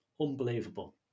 Unbelievable